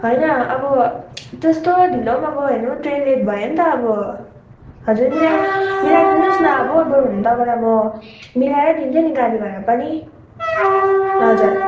होइन अब त्यस्तो ढिलो पनि अब हेर्नु ट्रेन लेट भयो नि त अब हजुर मिलाइ मिलाइ दिनुहोस् न अब बरुभन्दा तपाईँलाई म मिलाएर दिन्छु नि गाडी भाडा पनि हजुर